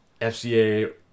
FCA